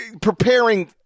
preparing